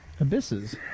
abysses